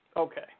Okay